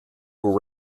were